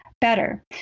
better